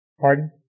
Pardon